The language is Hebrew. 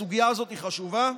הסוגיה הזאת היא חשובה,